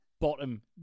Bottom